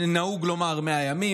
נהוג לומר מאה ימים,